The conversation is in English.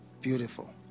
beautiful